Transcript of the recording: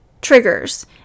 triggers